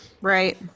Right